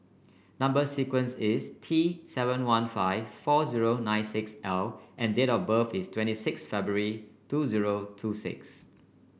number sequence is T seven one five four zero nine six L and date of birth is twenty six February two zero two six